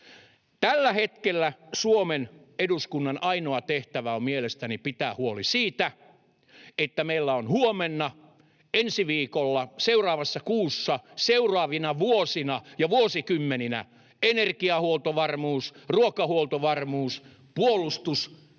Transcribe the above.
Tällä hetkellä Suomen eduskunnan ainoa tehtävä on mielestäni pitää huoli siitä, että meillä on huomenna, ensi viikolla, seuraavassa kuussa, seuraavina vuosina ja vuosikymmeninä energiahuoltovarmuus, ruokahuoltovarmuus, puolustus